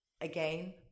Again